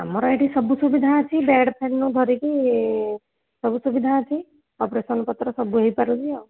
ଆମର ଏଇଠି ସବୁ ସୁବିଧା ଅଛି ବେଡ଼୍ଫେଡ଼୍ନୁ ଧରିକି ସବୁ ସୁବିଧା ଅଛି ଅପରେସନ୍ ପତ୍ର ସବୁ ହେଇପାରୁଛି ଆଉ